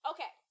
Okay